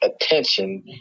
attention